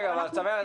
הסברתי.